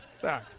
Sorry